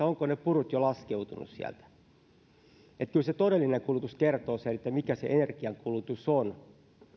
ovatko ne purut jo laskeutuneet vanhemmissa rakennuksissa että kyllä se todellinen kulutus kertoo sen mikä se energiankulutus on